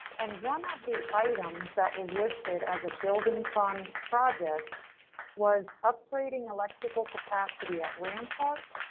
and one of the items that was listed as a building fund project was upgrading electrical capacity at rampart,